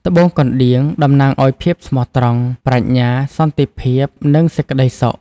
ត្បូងកណ្ដៀង តំណាងឱ្យ ភាពស្មោះត្រង់ ប្រាជ្ញា សន្តិភាព និងសេចក្ដីសុខ។